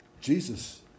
Jesus